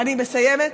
אני מסיימת.